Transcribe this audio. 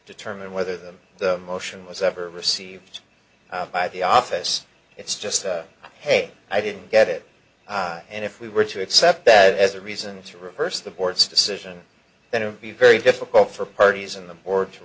determine whether them the motion was ever received by the office it's just hey i didn't get it and if we were to accept that as a reason to reverse the board's decision then it would be very difficult for parties in the board to